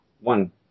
One